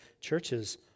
churches